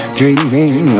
dreaming